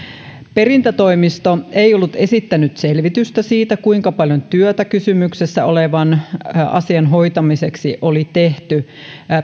perintätoimisto ei ollut esittänyt selvitystä siitä kuinka paljon työtä kysymyksessä olevan asian hoitamiseksi oli tehty